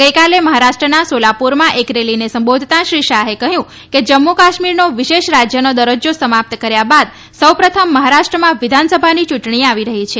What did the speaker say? ગઈકાલે મહારાષ્ટ્રના સોલાપુરમાં એક રેલીને સંબોધતાં શ્રી શાહે કહ્યું કે જમ્મુ કાશ્મીરનો વિશેષ રાજ્યનો દરજ્જા સમાપ્ત કર્યા બાદ સૌપ્રથમ મહારાષ્ટ્રમાં વિધાનસભાની યૂંટણી આવી રહી છે